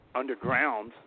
underground